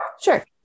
Sure